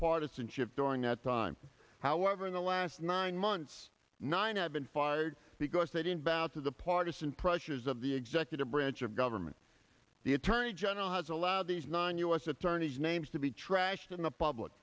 partisanship during that time however in the last nine months nine i've been fired because they didn't bow to the partisan pressures of the executive branch of government the attorney general has allowed these nine u s attorneys names to be trashed in the public